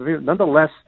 Nonetheless